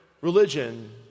religion